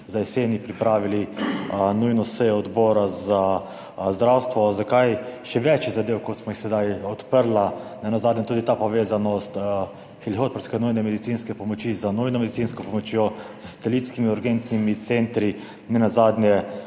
za jeseni pripravili nujno sejo Odbora za zdravstvo. Zakaj? Še več je zadev, kot sva jih sedaj odprla, nenazadnje tudi ta povezanost helikopterske nujne medicinske pomoči z nujno medicinsko pomočjo, s satelitskimi urgentnimi centri, nenazadnje